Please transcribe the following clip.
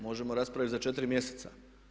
Možemo raspraviti za 4 mjeseca.